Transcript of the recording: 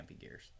gears